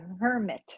hermit